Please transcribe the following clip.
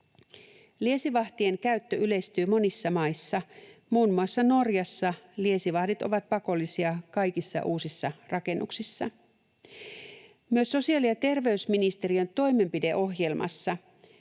Liesivahtien käyttö yleistyy monissa maissa. Muun muassa Norjassa liesivahdit ovat pakollisia kaikissa uusissa rakennuksissa. Myös sosiaali‑ ja terveysministeriön toimenpideohjelmassa